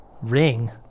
ring